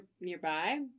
Nearby